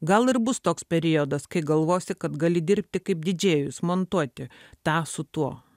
gal ir bus toks periodas kai galvosi kad gali dirbti kaip didžėjus montuoti tą su tuo